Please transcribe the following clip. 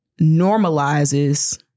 normalizes